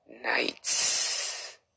nights